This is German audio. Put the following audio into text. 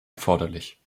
erforderlich